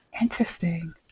Interesting